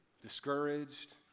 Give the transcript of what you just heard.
discouraged